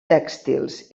tèxtils